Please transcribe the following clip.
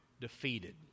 defeated